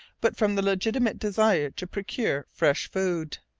but from the legitimate desire to procure fresh food.